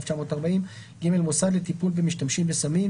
1940. מוסד לטיפול במשתמשים בסמים.